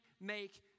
make